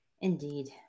Indeed